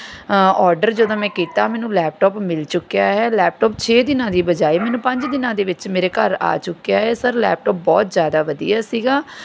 order ਜਦੋਂ ਮੈਂ ਕੀਤਾ ਮੈਨੂੰ ਲੈਪਟੋਪ ਮਿਲ ਚੁੱਕਿਆ ਹੈ ਲੈਪਟੋਪ ਛੇ ਦਿਨਾਂ ਦੀ ਬਜਾਏ ਮੈਨੂੰ ਪੰਜ ਦਿਨਾਂ ਦੇ ਵਿੱਚ ਮੇਰੇ ਘਰ ਆ ਚੁੱਕਿਆ ਹੈ ਸਰ ਲੈਪਟੋਪ ਬਹੁਤ ਜ਼ਿਆਦਾ ਵਧੀਆ ਸੀਗਾ